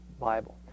Bible